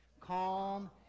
calm